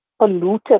polluted